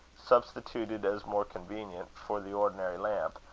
substituted as more convenient, for the ordinary lamp,